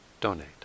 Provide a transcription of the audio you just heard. donate